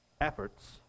efforts